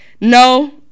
No